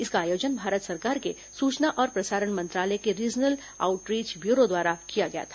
इसका आयोजन भारत सरकार के सूचना और प्रसारण मंत्रालय के रीजनल आउटरीच ब्यूरो द्वारा किया गया था